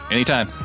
Anytime